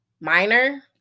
minor